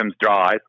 Drive